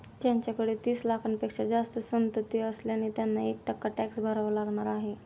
त्यांच्याकडे तीस लाखांपेक्षा जास्त संपत्ती असल्याने त्यांना एक टक्का टॅक्स भरावा लागणार आहे